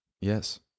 Yes